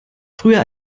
früher